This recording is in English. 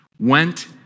went